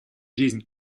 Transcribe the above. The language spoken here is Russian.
жизнь